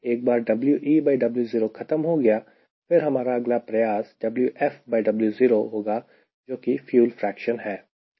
एक बार WeWo खत्म हो गया फिर हमारा अगला प्रयास WfWo होगा जो की फ्यूल फ्रेक्शन है